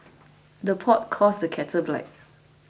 the pot calls the kettle black